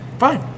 Fine